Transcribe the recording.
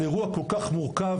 על אירוע כל כך מורכב,